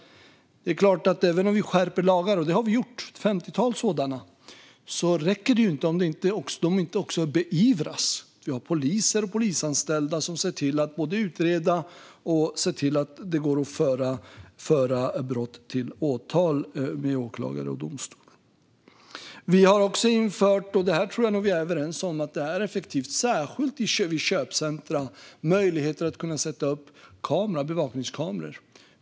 Det räcker inte att skärpa lagar - vi har skärpt ett femtiotal - om inte brotten också beivras. Det handlar om att ha poliser och polisanställda som ser till att utreda och som ser till att det går att föra brottsmisstänkta till åtal med åklagare och domstol. Vi har också infört - och jag tror att vi är överens om att detta är effektivt, särskilt i köpcentrum - möjligheter att sätta upp bevakningskameror.